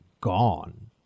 gone